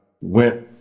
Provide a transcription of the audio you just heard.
went